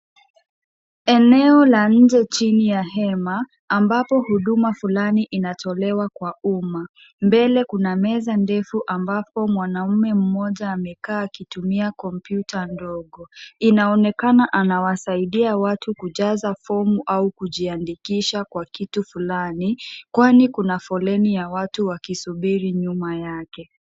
Eneo la nje chini ya hema, ambapo huduma fulani inatolewa kwa uma, mbele kuna meza ndefu ambapo mwanaume mmoja amekaa akitumia kompyuta ndogo, inaonekana anawasaidia watu kujaza fomu au kujiandikisha kwa kitu fulani, kwani kuna foleni ya watu wakisubiri nyuma yake.